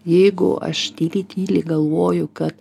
jeigu aš tyliai tyliai galvoju kad